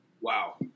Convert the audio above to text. Wow